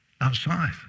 outside